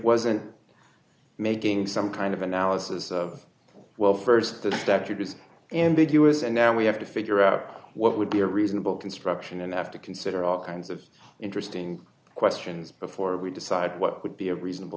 wasn't making some kind of analysis of well st step to abuse in the us and now we have to figure out what would be a reasonable construction and have to consider all kinds of interesting questions before we decide what would be a reasonable